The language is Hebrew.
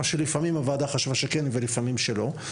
מה שלפעמים הוועדה חשבה שכן ולפעמים שלא,